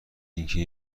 اینکه